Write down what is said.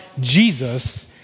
Jesus